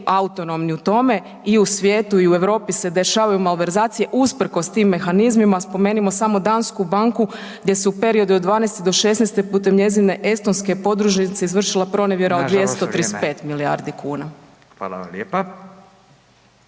autonomni u tome i u svijetu i u Europi se dešavaju malverzacije usprkos tim mehanizmima. Spomenimo samo dansku banku gdje se u periodu od '12. do '16. putem njezine estonske podružnice izvršila pronevjera …/Upadica: Nažalost,